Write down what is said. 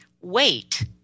wait